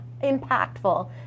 impactful